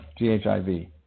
GHIV